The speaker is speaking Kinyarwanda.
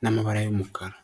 n'amabara y'umukara.